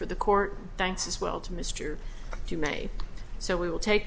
for the court thanks as well to mr if you may so we will take